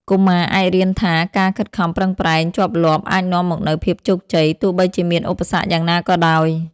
កុមារអាចរៀនថា ការខិតខំប្រឹងប្រែងជាប់លាប់ អាចនាំមកនូវភាពជោគជ័យ ទោះបីជាមានឧបសគ្គយ៉ាងណាក៏ដោយ។